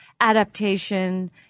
Adaptation